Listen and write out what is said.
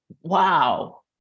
Wow